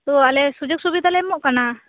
ᱛᱚ ᱟᱞᱮ ᱥᱩᱡᱳᱜᱽ ᱥᱩᱵᱤᱫᱷᱟ ᱞᱮ ᱮᱢᱚᱜ ᱠᱟᱱᱟ